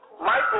Michael